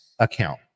account